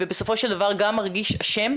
ובסופו של דבר גם מרגיש אשם,